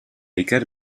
iker